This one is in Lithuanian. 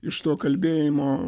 iš to kalbėjimo